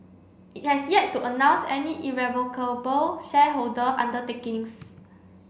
it has yet to announce any irrevocable shareholder undertakings